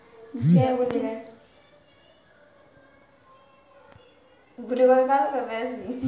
एक परिवार का सदस्य एक समर्पित बचत खाते में जमा राशि रखेगा